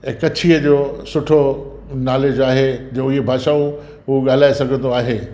ऐं कच्छीअ जो सुठो नॉलेज आहे जो इहे भाषाऊं हू ॻाल्हाए सघंदो आहे